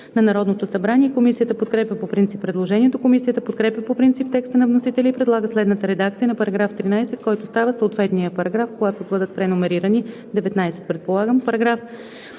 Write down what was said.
на Народното събрание. Комисията подкрепя по принцип предложението. Комисията подкрепя по принцип текста на вносителя и предлага следната редакция на § 13, който става съответния параграф, когато бъдат преномерирани – предполагам